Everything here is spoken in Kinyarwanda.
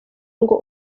ngo